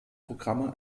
programme